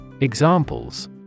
Examples